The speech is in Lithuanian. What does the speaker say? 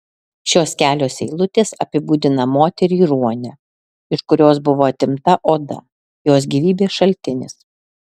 šios kelios eilutės apibūdina moterį ruonę iš kurios buvo atimta oda jos gyvybės šaltinis